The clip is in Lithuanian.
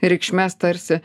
reikšmes tarsi